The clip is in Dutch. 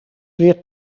weer